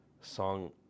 song